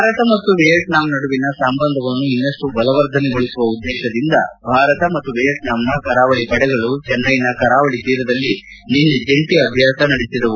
ಭಾರತ ಮತ್ತು ವಿಯೆಟ್ಡಾಂ ನಡುವಿನ ಸಂಬಂಧವನ್ನು ಇನ್ನಷ್ಟು ಬಲವರ್ಧನೆಗೊಳಿಸುವ ಉದ್ಗೇಶದಿಂದ ಭಾರತ ಮತ್ತು ವಿಯೆಟ್ನಾಂನ ಕರಾವಳಿ ಪಡೆಗಳು ಚೆನ್ವೈನ ಕರಾವಳಿ ತೀರದಲ್ಲಿ ನಿನ್ನೆ ಜಂಟಿ ಅಭ್ಯಾಸ ನಡೆಸಿದವು